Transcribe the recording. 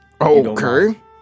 Okay